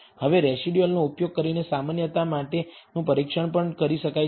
હવે રેસિડયુઅલનો ઉપયોગ કરીને સામાન્યતા માટેનું પરીક્ષણ પણ કરી શકાય છે